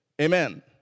Amen